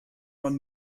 man